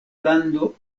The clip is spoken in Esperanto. lando